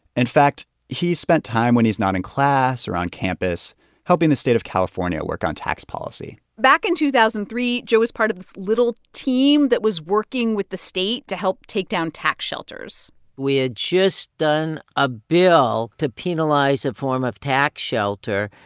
in fact, he spent time when he's not in class or on campus helping the state of california work on tax policy back in two thousand and three, joe was part of this little team that was working with the state to help take down tax shelters we had just done a bill to penalize a form of tax shelter,